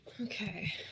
Okay